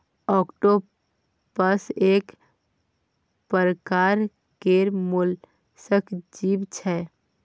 octopus एक परकार केर मोलस्क जीव छै